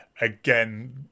again